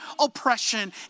oppression